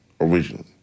originally